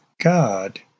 God